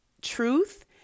truth